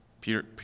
Peter